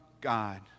God